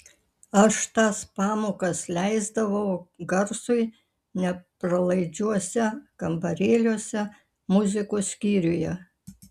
aš tas pamokas leisdavau garsui nepralaidžiuose kambarėliuose muzikos skyriuje